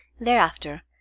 Thereafter